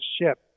ship